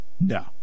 No